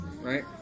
right